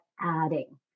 adding